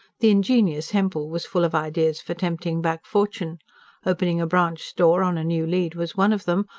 the ingenious hempel was full of ideas for tempting back fortune opening a branch store on a new lead was one of them,